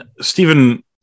Stephen